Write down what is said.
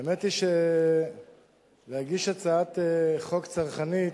האמת היא שלהגיש הצעת חוק צרכנית,